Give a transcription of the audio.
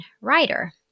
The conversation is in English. writer